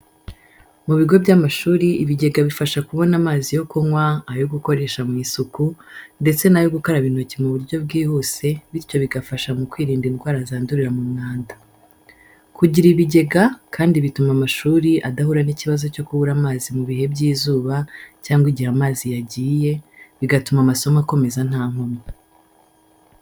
Mu bigo by'amashuri, ibigega bifasha mu kubona amazi yo kunywa, ayo gukoresha mu isuku, ndetse n'ayo gukaraba intoki mu buryo bwihuse bityo bigafasha mu kwirinda indwara zandurira mu mwanda. Kugira ibigega kandi bituma amashuri adahura n'ikibazo cyo kubura amazi mu bihe by'izuba cyangwa igihe amazi yagiye, bigatuma amasomo akomeza nta nkomyi.